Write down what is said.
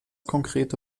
konkrete